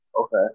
Okay